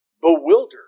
bewildered